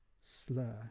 slur